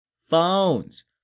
phones